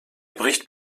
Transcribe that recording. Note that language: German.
bricht